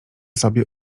sobie